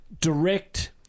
Direct